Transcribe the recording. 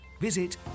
Visit